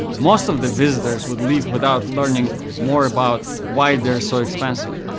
most of the visitors would leave without learning more about why they are so expensive.